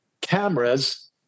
cameras